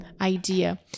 idea